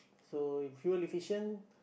so you fuel efficient